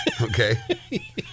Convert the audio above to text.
okay